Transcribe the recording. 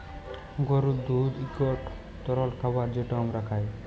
গরুর দুহুদ ইকট তরল খাবার যেট আমরা খাই